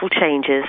changes